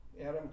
Adam